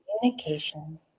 Communication